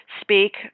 speak